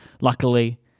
luckily